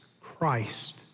Christ